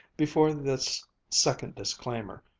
before this second disclaimer,